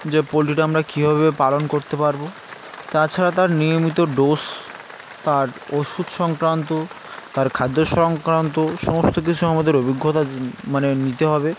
যে পোলট্রিটা আমরা কীভাবে পালন করতে পারবো তাছাড়া তার নিয়মিত ডোজ তার ওষুধ সংক্রান্ত তার খাদ্য সংক্রান্ত সমস্ত কিছু আমাদের অভিজ্ঞতা মানে নিতে হবে